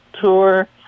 tour